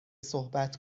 صحبت